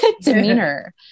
demeanor